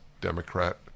Democrat